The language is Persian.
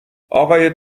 آقای